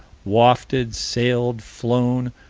wafted, sailed, flown,